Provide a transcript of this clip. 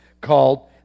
called